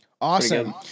awesome